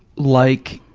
like